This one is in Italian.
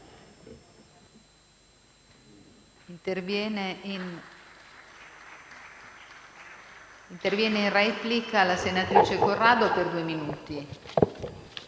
intervenire in replica la senatrice Corrado, per due minuti.